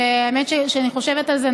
והאמת היא שכשאני חושבת על זה,